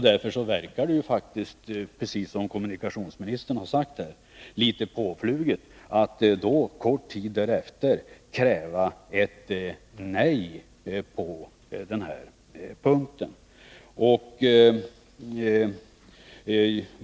Därför verkar det faktiskt, precis som kommunikationsministern har sagt, litet påfluget att kort tid därefter kräva ett nej på den här punkten.